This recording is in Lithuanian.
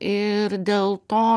ir dėl to